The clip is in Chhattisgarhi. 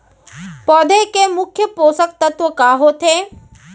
पौधे के मुख्य पोसक तत्व का होथे?